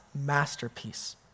masterpiece